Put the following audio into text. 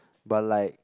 but like